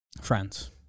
Friends